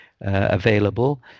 available